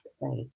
right